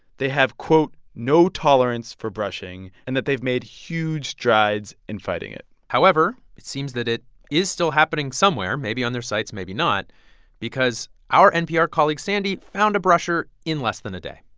they have, quote, no tolerance for brushing, and that they've made huge strides in fighting it however, it seems that it is still happening somewhere maybe on their sites, maybe not because our npr colleague sandy found a brusher in less than a day